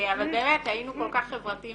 אבל באמת, היינו כל כך חברתיים